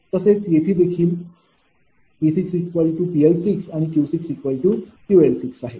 तसेच येथे देखील 𝑃𝑃𝐿 आणि 𝑄𝑄𝐿 आहे